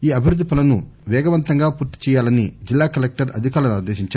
ఈ అభివృద్ధి పనులను పేగవంతంగా పూర్తిచేయాలని జిల్లా కలెక్షర్ అధికారులను ఆదేశించారు